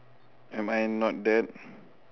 am I not that